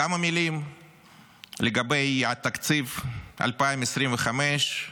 כמה מילים לגבי תקציב 2025,